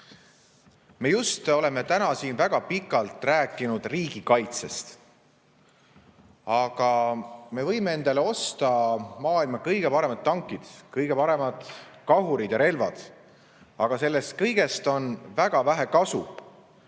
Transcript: Me oleme täna siin väga pikalt rääkinud riigikaitsest. Aga me võime endale osta maailma kõige paremad tankid, kõige paremad kahurid ja relvad, aga sellest kõigest on väga vähe kasu,